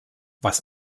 was